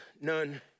none